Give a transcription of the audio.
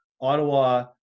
Ottawa